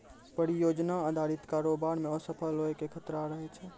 परियोजना अधारित कारोबार मे असफल होय के खतरा रहै छै